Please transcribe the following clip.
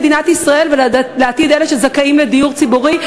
מדינת ישראל והעתיד של אלה שזכאים לדיור ציבורי,